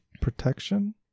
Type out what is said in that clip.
protection